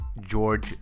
George